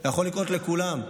זה יכול לקרות לכולם,